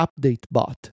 UpdateBot